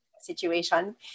situation